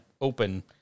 open